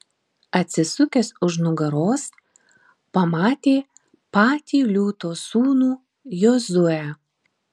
atsisukęs už nugaros pamatė patį liūto sūnų jozuę